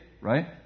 Right